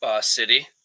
city